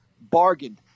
bargained